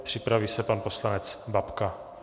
Připraví se pan poslanec Babka.